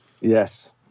Yes